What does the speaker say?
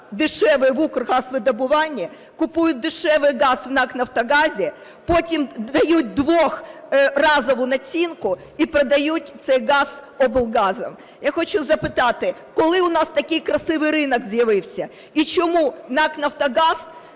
дешевий в "Укргазвидобуванні", купують дешевий газ в НАК "Нафтогазі", потім дають двохразову націнку і продають цей газ облгазам. Я хочу запитати: коли у нас такий красивий ринок з'явився? І чому в НАК "Нафтогаз"